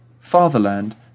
Fatherland